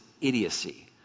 idiocy